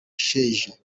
sheja